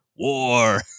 war